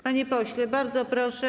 Panie pośle, bardzo proszę.